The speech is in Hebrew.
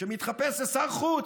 שמתחפש לשר חוץ,